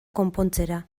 konpontzera